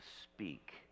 speak